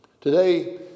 Today